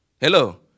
Hello